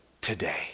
Today